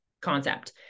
concept